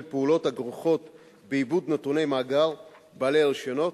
הפעולות הכרוכות בעיבוד נתוני מאגר בעלי הרשיונות,